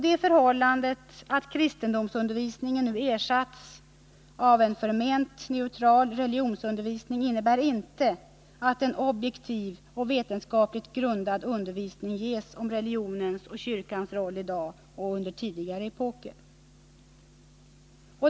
Det förhållandet att kristendomsundervisningen nu har ersatts av en förment neutral religionsundervisning innebär inte att en objektiv och vetenskapligt grundad undervisning ges om religionens och kyrkans roll i dag och under tidigare epoker.